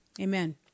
Amen